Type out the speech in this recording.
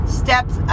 steps